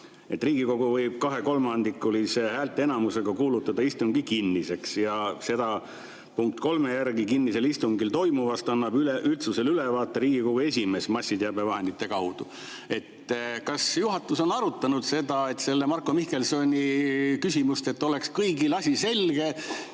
Riigikogu võib kahekolmandikulise häälteenamusega kuulutada istungi kinniseks ja punkti 3 järgi annab kinnisel istungil toimuvast üldsusele ülevaate Riigikogu esimees massiteabevahendite kaudu. Kas juhatus on arutanud seda Marko Mihkelsoni küsimust, et oleks kõigil asi selge,